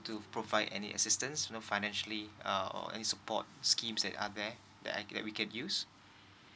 to provide any assistance you know financially uh or any support schemes that are there that I can that we can use